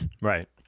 Right